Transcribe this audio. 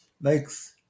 makes